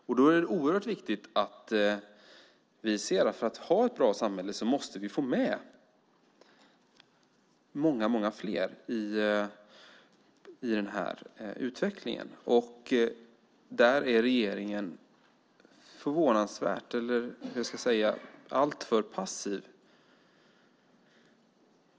Det är då oerhört viktigt att se att vi för att ha ett bra samhälle måste få med många fler i utvecklingen. Där är regeringen alltför passiv.